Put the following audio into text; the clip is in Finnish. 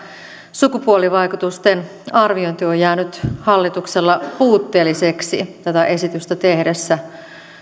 sukupuolivaikutusten arviointi on jäänyt hallituksella puutteelliseksi tätä esitystä tehdessä